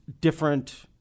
different